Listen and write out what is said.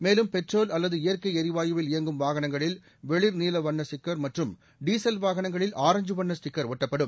மேலும் பெட்ரோல் அல்லது இயற்கை ளிவாயுவில் இயங்கும் வாகனங்களில் வெளி்நீல வண்ண ஸ்டிக்கா் மற்றும் டீசல் வாகனங்களில் ஆரஞ்ச் வண்ண ஸ்டிக்கா் ஒட்டப்படும்